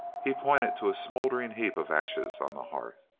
he pointed to a smoldering heap of ashes on the hearth.